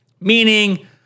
meaning